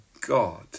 God